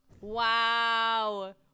Wow